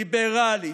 ליברלי,